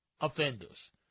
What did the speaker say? offenders